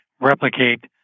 replicate